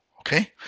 okay